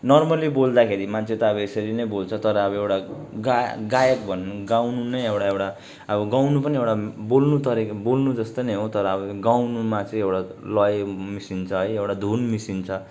normally बोल्दाखेरि मान्छे त अब यसरी नै बोल्छ तर अब एउटा गा गायक भन्नु गाउनु नै एउटा एउटा अब गाउनु पनि एउटा बोल्नु तरिका बोल्नु जस्तै नै हो तर अब गाउनुमा चाहिँ एउटा लय मिसिन्छ है एउटा धुन मिसिन्छ